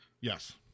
Yes